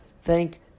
thank